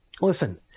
listen